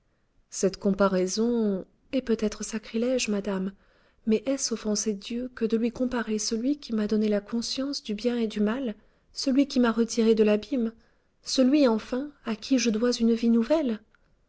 cette comparaison est peut-être sacrilège madame mais est-ce offenser dieu que de lui comparer celui qui m'a donné la conscience du bien et du mal celui qui m'a retirée de l'abîme celui enfin à qui je dois une vie nouvelle